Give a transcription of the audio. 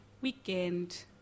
weekend